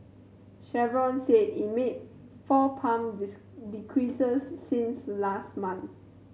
Chevron said it made four pump decreases since last month